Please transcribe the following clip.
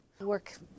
work